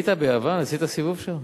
היית ביוון, עשית סיבוב שם?